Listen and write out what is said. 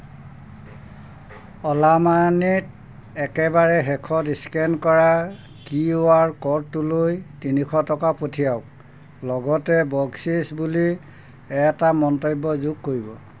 অ'লা মানিত একেবাৰে শেষত স্কেন কৰা কিউ আৰ ক'ডটোলৈ তিনিশ টকা পঠিয়াওক লগতে বকচিচ বুলি এটা মন্তব্য যোগ কৰিব